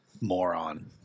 moron